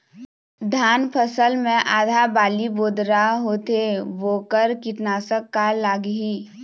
धान फसल मे आधा बाली बोदरा होथे वोकर कीटनाशक का लागिही?